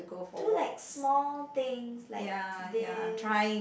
do like small things like this